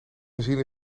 gezien